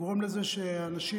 גורמים שאנשים,